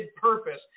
purpose